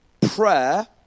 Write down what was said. prayer